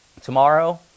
Tomorrow